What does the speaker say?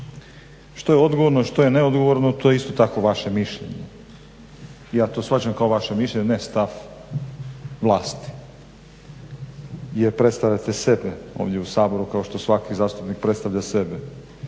Što je odgovorno, a što je neodgovorno to je isto tako vaše mišljenje. Ja to shvaćam kao vaše mišljenje ne stav vlasti jer predstavljate sebe ovdje u Saboru kao što zastupnik predstavlja sebe.